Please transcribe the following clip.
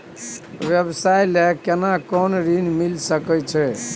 व्यवसाय ले केना कोन ऋन मिल सके छै?